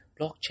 blockchain